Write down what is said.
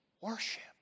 worship